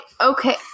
okay